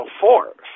force